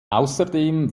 außerdem